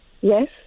Yes